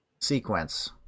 sequence